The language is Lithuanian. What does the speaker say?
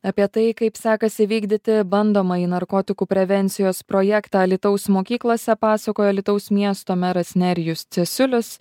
apie tai kaip sekasi vykdyti bandomąjį narkotikų prevencijos projektą alytaus mokyklose pasakojo alytaus miesto meras nerijus cesiulis